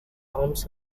thomas